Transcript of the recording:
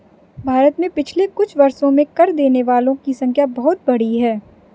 भारत में पिछले कुछ वर्षों में कर देने वालों की संख्या बहुत बढ़ी है